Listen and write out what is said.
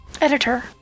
editor